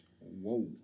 whoa